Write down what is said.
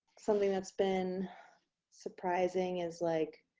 something that's been surprising is like